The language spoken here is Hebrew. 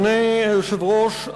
אדוני היושב-ראש,